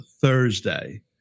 Thursday